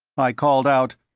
i called out,